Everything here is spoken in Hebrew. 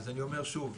אז אני אומר שוב,